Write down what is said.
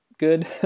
good